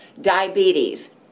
diabetes